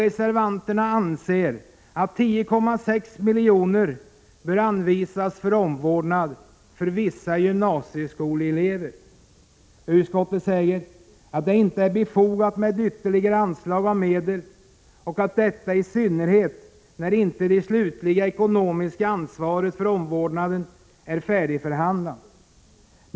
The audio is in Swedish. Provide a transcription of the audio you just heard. Reservanterna anser att 10,6 miljoner bör anvisas för omvårdnad av vissa gymnasieskolelever. Utskottet anför att det inte är befogat med ytterligare anslag av medel, i synnerhet som frågan om det slutliga ekonomiska ansvaret för omvårdnaden ännu inte är färdigförhandlad.